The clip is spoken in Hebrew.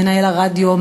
מנהל הרדיו,